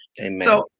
Amen